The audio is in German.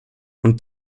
und